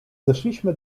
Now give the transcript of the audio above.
zeszliśmy